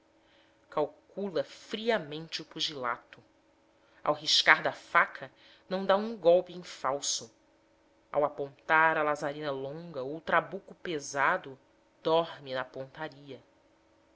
calcula friamente o pugilato ao riscar da faca não dá um golpe em falso ao apontar a lazarina longa ou o trabuco pesado dorme na pontaria